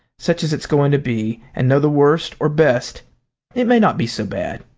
such as it's going to be, and know the worst, or best it may not be so bad.